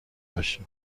بشو